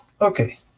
Okay